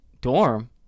Dorm